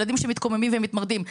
ילדים שמתקוממים ומתמרדים,